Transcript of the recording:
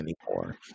anymore